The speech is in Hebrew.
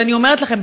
אבל אני אומרת לכם,